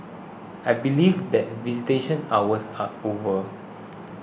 I believe that visitation hours are over